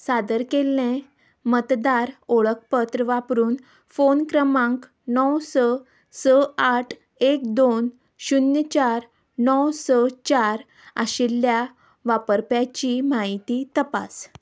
सादर केल्लें मतदार ओळख पत्र वापरून फोन क्रमांक णव स स आठ एक दोन शुन्य चार णव स चार आशिल्ल्या वापरप्याची माहिती तपास